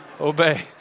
obey